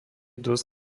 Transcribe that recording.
dosť